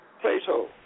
Plato